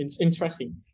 interesting